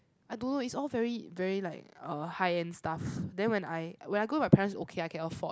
I don't know is all very very like uh high end stuff then when I when I go with my parents okay I can afford